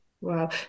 Wow